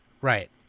Right